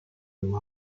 you